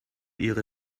ihre